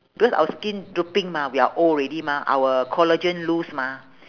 because our skin drooping mah we are old already mah our collagen loose mah